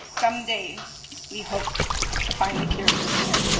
some day we hope to find the cure for cancer,